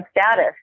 status